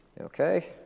Okay